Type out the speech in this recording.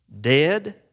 dead